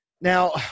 Now